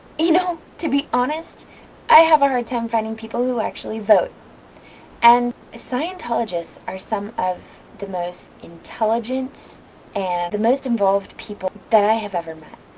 you know, to be honest i have a hard time finding people who actually vote and, scientologists are some of the most intelligent and the most involved people that i have ever met.